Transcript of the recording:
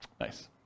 Nice